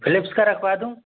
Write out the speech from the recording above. Philips का रखवा दूँ